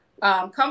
Come